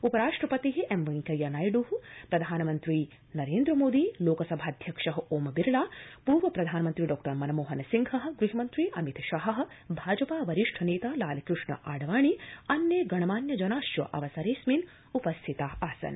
उपराष्ट्रपति एम वेंकैयानायड् प्रधानमन्त्री नरेन्द्रमोदी लोकसभाध्यक्ष ओम बिरला पूर्व प्रधानमन्त्री डॉमनमोहनसिंह गृहमन्त्री अमितशाह भाजपा वरिष्ठ नेता लालकृष्ण आडवाणी अन्ये गणमान्य जनाश्च अवसरेऽस्मिन् उपस्थिता आसन्